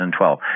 2012